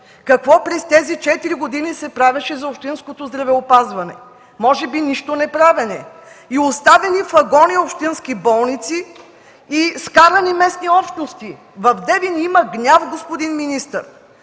Какво през тези четири години се правеше за общинското здравеопазване? Може би нищо неправене, оставени в агония общински болници и скарани местни общности. В Девин има гняв, господин министър,